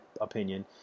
opinion